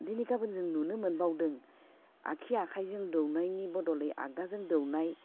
दिनै गाबोन जों नुनो मोनबावदों आग्सि आखाइजों दौनायनि बदलै आग्दाजों दौनाय